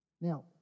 Now